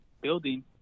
building